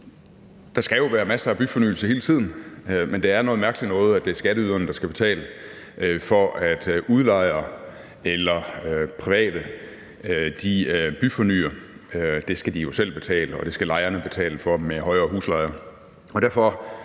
Der skal jo være masser af byfornyelse hele tiden, men det er noget mærkeligt noget, at det er skatteyderne, der skal betale for, at udlejere eller private byfornyer. Det skal de jo selv betale, og det skal lejerne betale for i form af højere husleje.